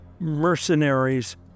Mercenaries